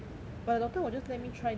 but the doctor will just let me try this